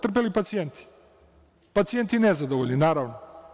Trpeli pacijenti, pacijenti nezadovoljni, naravno.